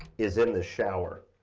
is in the shower.